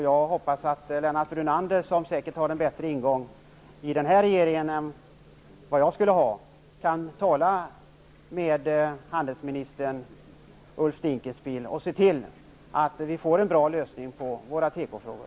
Jag hoppas att Lennart Brunander, som säkert har en bättre ingång i denna regering än vad jag skulle ha, kan tala med handelsminister Ulf Dinkelspiel och se till att vi får en bra lösning på våra tekofrågor.